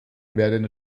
werden